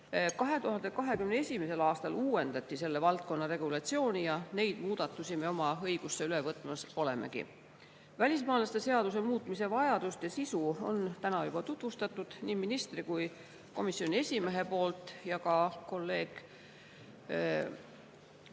2021. aastal uuendati selle valdkonna regulatsiooni ja neid muudatusi me oma õigusesse üle võtmas olemegi. Välismaalaste seaduse muutmise vajadust ja sisu on täna juba tutvustanud nii minister kui ka komisjoni esimees ning ka kolleeg